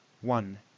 One